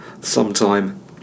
sometime